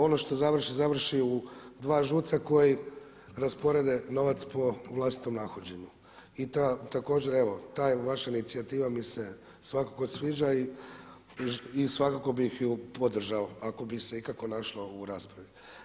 Ono što završi, završi u dva ŽUC-a koji rasporede novac po vlastitom nahođenju i također ta vaša inicijativa mi se svakako sviđa i svakako bi ju podržao ako bi se ikako našla u raspravi.